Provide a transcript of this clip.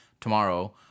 tomorrow